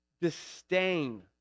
disdain